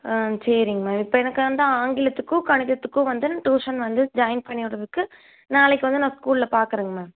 அ சரிங்க மேம் இப்போ எனக்கு வந்து ஆங்கிலத்துக்கும் கணிதத்துக்கும் வந்து டியூஷன் வந்து ஜாயின் பண்ணி விடுறதுக்கு நாளைக்கு வந்து நான் ஸ்கூலில் பார்க்குறேங்க மேம்